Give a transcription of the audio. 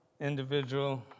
individual